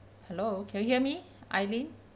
hello can you hear me aileen